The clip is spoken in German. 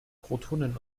protonen